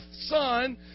Son